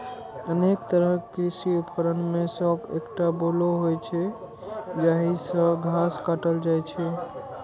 अनेक तरहक कृषि उपकरण मे सं एकटा बोलो होइ छै, जाहि सं घास काटल जाइ छै